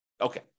Okay